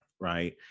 right